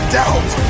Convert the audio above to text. doubt